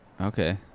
Okay